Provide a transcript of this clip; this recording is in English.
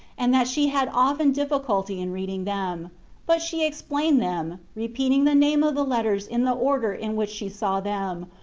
and that she had often difficulty in reading them but she explained them, repeating the name of the letters in the order in which she saw them,